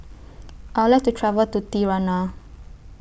I Would like to travel to Tirana